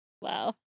Wow